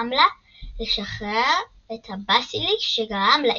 וגרם לה לשחרר את הבסיליסק שגרם לאיבונים.